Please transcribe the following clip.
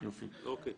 בסדר.